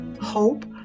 hope